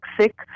sick